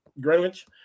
Greenwich